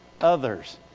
Others